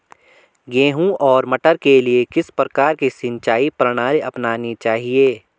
गेहूँ और मटर के लिए किस प्रकार की सिंचाई प्रणाली अपनानी चाहिये?